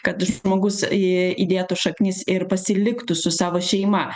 kad žmogus į įdėtų šaknis ir pasiliktų su savo šeima